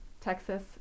Texas